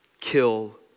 kill